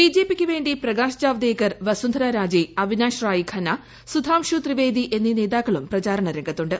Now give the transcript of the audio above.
B J P ക്ക് വേണ്ടി പ്രകാശ് ജാവ്ദേക്കർ വസുന്ധര രാജെ അവിനാഷ് റായി ഖന്ന സുധാംഷു ത്രിവേദി എന്നീ നേതാക്കളും പ്രചാരണ രംഗത്തുണ്ട്